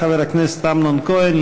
חבר הכנסת אמנון כהן,